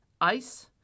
ice